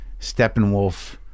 Steppenwolf